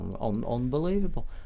unbelievable